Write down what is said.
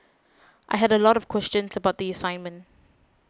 I had a lot of questions about the assignment